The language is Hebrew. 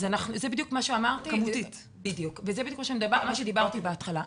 זה בדיוק מה שדיברתי בהתחלה.